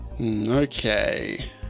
Okay